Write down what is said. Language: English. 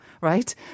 right